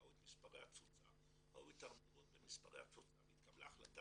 ראו את מספרי התפוצה ואת ההידרדרות בהם והייתה החלטה